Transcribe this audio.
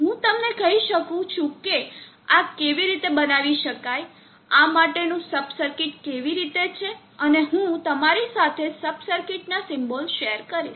હું તમને કહી શકું છું કે આ કેવી રીતે બનાવી શકાય આ માટેનું સબ સર્કિટ કેવી રીતે છે અને હું તમારી સાથે સબ સર્કિટ્સના સિમ્બોલ શેર કરીશ